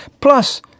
plus